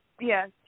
Yes